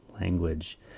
language